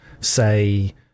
say